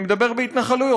אני מדבר בהתנחלויות.